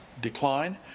decline